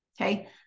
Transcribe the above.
okay